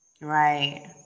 Right